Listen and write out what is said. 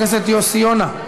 חבר הכנסת יוסי יונה,